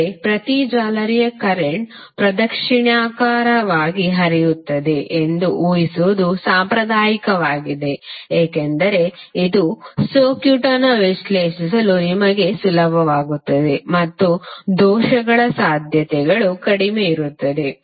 ಆದರೆ ಪ್ರತಿ ಜಾಲರಿಯ ಕರೆಂಟ್ ಪ್ರದಕ್ಷಿಣಾಕಾರವಾಗಿ ಹರಿಯುತ್ತದೆ ಎಂದು ಊಹಿಸುವುದು ಸಾಂಪ್ರದಾಯಿಕವಾಗಿದೆ ಏಕೆಂದರೆ ಇದು ಸರ್ಕ್ಯೂಟ್ ಅನ್ನು ವಿಶ್ಲೇಷಿಸಲು ನಿಮಗೆ ಸುಲಭವಾಗುತ್ತದೆ ಮತ್ತು ದೋಷಗಳ ಸಾಧ್ಯತೆಗಳು ಕಡಿಮೆ ಇರುತ್ತದೆ